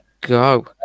go